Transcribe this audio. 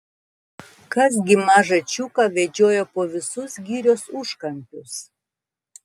kas gi mažą čiuką vedžiojo po visus girios užkampius